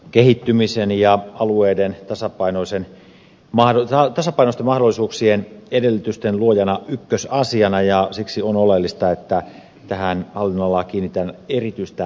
liikenneväylät ja väyläverkosto yleensäkin ovat kehittymisen ja alueiden tasapainoisten mahdollisuuksien edellytysten luojana ykkösasiana ja siksi on oleellista että tähän hallinnonalaan kiinnitetään erityistä huomiota